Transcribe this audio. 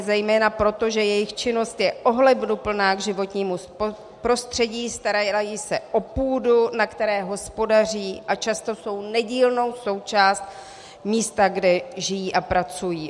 Zejména proto, že jejich činnost je ohleduplná k životnímu prostředí, starají se o půdu, na které hospodaří, a často jsou nedílnou součástí místa, kde žijí a pracují.